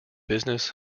business